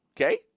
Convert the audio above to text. okay